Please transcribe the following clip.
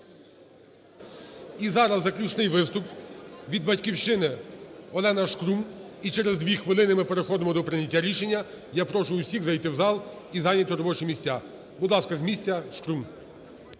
І зараз заключний виступ, від "Батьківщини" ОленаШкрум. І через 2 хвилини ми переходимо до прийняття рішення. Я прошу усіх зайти в зал і зайняти робочі місця. Будь ласка, з місцяШкрум.